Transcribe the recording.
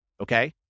Okay